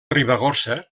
ribagorça